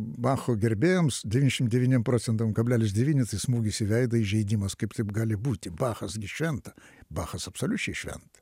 bacho gerbėjams devyniasdešim devyniem procentam kablelis devyni tai smūgis į veidą įžeidimas kaip taip gali būti bachas gi šventa bachas absoliučiai šventa